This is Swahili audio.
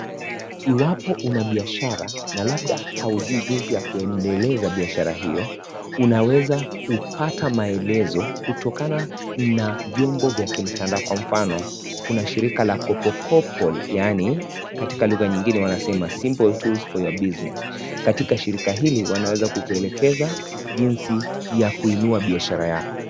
Iwapo una biashara na labda haujui jinsi ya kuendeleza biashara hiyo. Unawezakupata maelezo kutokana na vyombo vyakimtanda kwa mfano, Kuna shirika la kopokopol, yani katika lugha nyingine wanasema Simple Tools for Your Business. Katika shirika hili, wanawezakukuelekeza jinsi ya kuinua biashara yako.